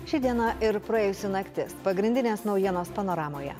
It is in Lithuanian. ši diena ir praėjusi naktis pagrindinės naujienos panoramoje